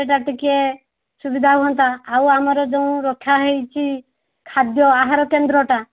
ସେଇଟା ଟିକିଏ ସୁବିଧା ହୁଅନ୍ତା ଆଉ ଆମର ଯେଉଁ ରଖାହେଇଛି ଖାଦ୍ୟ ଆହାର କେନ୍ଦ୍ରଟା